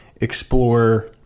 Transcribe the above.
explore